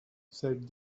said